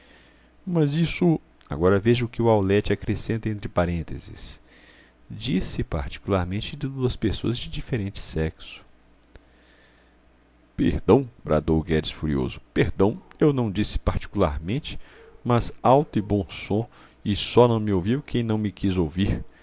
mas isso agora veja o que o aulete acrescenta entre parênteses diz-se particularmente de duas pessoas de diferente sexo perdão bradou o guedes furioso perdão eu não disse particularmente mas alto e bom som e só não me ouviu quem não me quis ouvir